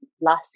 last